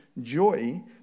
joy